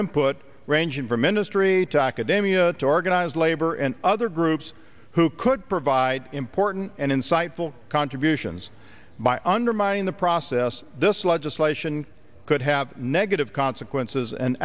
input ranging from industry to academic to organized labor and other groups who could provide important and insightful contributions by undermining the process this legislation could have negative consequences and